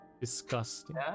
Disgusting